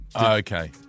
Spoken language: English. Okay